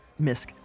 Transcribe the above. Misk